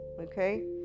okay